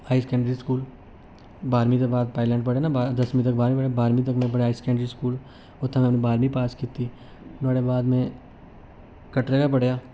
high secondary school बाह्मीं दे बाद पाइलैंट पढ़े दा दसमीं दे बाद बाह्रमीं में पढ़े दा हाई सकैंडरी स्कूल उत्थै दा में बाह्रमीं पास कीती नुहाड़े बाद में कटरे गै पढ़ेआ